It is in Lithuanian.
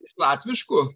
iš latviškų